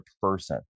person